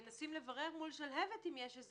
מנסים לברר מול שלהבת - לעשות